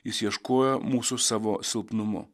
jis ieškojo mūsų savo silpnumu